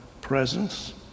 presence